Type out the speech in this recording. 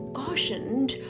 cautioned